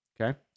Okay